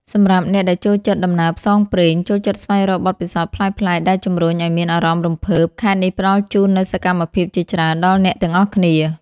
សម្រាប់អ្នកដែលចូលចិត្តដំណើរផ្សងព្រេង ចូលចិត្តស្វែងរកបទពិសោធន៍ប្លែកៗដែលជំរុញឱ្យមានអារម្មណ៍រំភើប ខេត្តនេះផ្ដល់ជូននូវសកម្មភាពជាច្រើនដល់អ្នកទាំងអស់គ្នា។